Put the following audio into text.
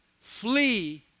flee